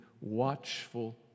watchful